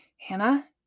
Hannah